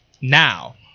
now